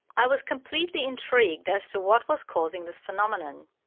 i was completely intrigued as to what was causing this phenomenon.